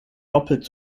doppelt